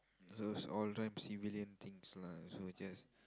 those all crime civilian things lah so just